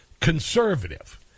conservative